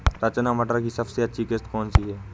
रचना मटर की सबसे अच्छी किश्त कौन सी है?